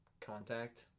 contact